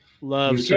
love